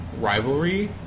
rivalry